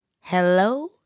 Hello